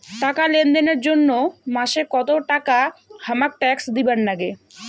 টাকা লেনদেন এর জইন্যে মাসে কত টাকা হামাক ট্যাক্স দিবার নাগে?